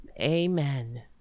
Amen